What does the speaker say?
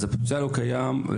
אז הפוטנציאל קיים.